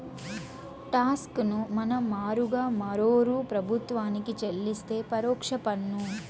talks ను మన మారుగా మరోరూ ప్రభుత్వానికి చెల్లిస్తే పరోక్ష పన్ను